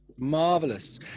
marvelous